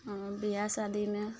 आओर बियाह शादीमे